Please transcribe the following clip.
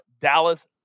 Dallas